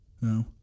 No